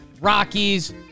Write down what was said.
Rockies